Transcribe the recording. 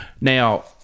Now